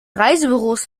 reisebüros